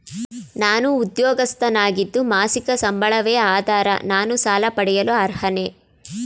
ನಾನು ಉದ್ಯೋಗಸ್ಥನಾಗಿದ್ದು ಮಾಸಿಕ ಸಂಬಳವೇ ಆಧಾರ ನಾನು ಸಾಲ ಪಡೆಯಲು ಅರ್ಹನೇ?